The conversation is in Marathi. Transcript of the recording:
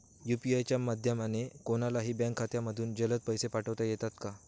यू.पी.आय च्या माध्यमाने कोणलाही बँक खात्यामधून जलद पैसे पाठवता येतात का?